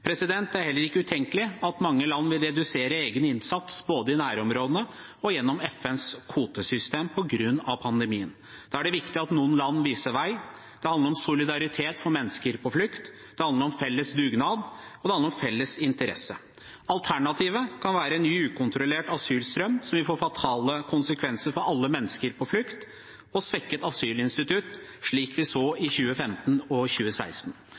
Det er heller ikke utenkelig at mange land vil redusere egen innsats både i nærområdene og gjennom FNs kvotesystem på grunn av pandemien. Da er det viktig at noen land viser vei. Det handler om solidaritet for mennesker på flukt, det handler om felles dugnad, og det handler om felles interesse. Alternativet kan være en ny ukontrollert asylstrøm som vil få fatale konsekvenser for alle mennesker på flukt og svekke asylinstituttet, slik vi så i 2015 og 2016.